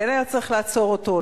כן היה צריך לעצור אותו,